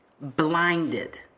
blinded